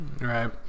Right